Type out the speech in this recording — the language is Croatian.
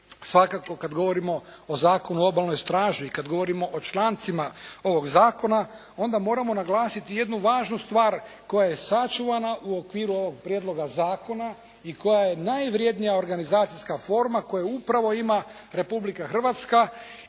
Svakako kad govorimo o Zakonu o Obalnoj straži i kad govorimo o člancima ovog zakona onda moramo naglasiti jednu važnu stvar koja je sačuvana u okviru ovog prijedloga zakona i koja je najvrjednija organizacijska forma koju upravo ima Republika Hrvatska